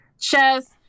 Chess